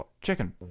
chicken